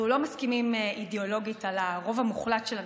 אנחנו לא מסכימים אידיאולוגית על הרוב המוחלט של הנושאים,